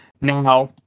Now